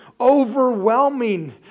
overwhelming